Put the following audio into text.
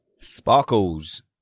Sparkles